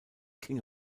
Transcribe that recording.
king